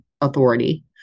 authority